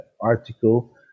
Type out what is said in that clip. article